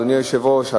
אדוני היושב-ראש,